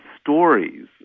stories